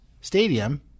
stadium